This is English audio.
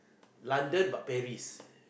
London but Paris